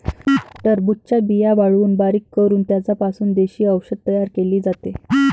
टरबूजाच्या बिया वाळवून बारीक करून त्यांचा पासून देशी औषध तयार केले जाते